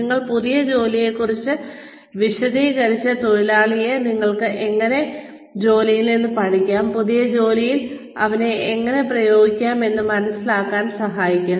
നിങ്ങൾ പുതിയ ജോലിയെക്കുറിച്ച് വിശദീകരിച്ച് തൊഴിലാളിയെ ഒരാൾക്ക് എങ്ങനെ മുൻ ജോലിയിൽ നിന്ന് പഠിക്കാം പുതിയ ജോലിയിലേക്ക് അവ എങ്ങനെ പ്രയോഗിക്കാം എന്ന് മനസ്സിലാക്കാൻ സഹായിക്കുക